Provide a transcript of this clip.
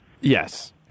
yes